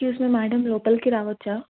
excuse me madam లోపలికి రావచ్చా